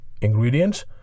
Ingredients